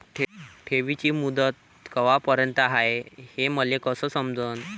ठेवीची मुदत कवापर्यंत हाय हे मले कस समजन?